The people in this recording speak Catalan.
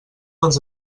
els